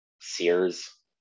Sears